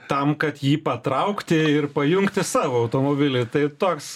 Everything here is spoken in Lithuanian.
tam kad jį patraukti ir pajungti savo automobilį tai toks